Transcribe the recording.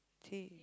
say